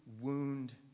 wound